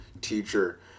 teacher